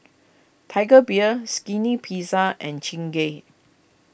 Tiger Beer Skinny Pizza and Chingay